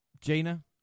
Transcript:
Gina